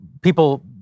people